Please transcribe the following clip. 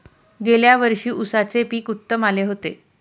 गेल्या वर्षी उसाचे पीक उत्तम आले होते